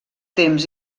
temps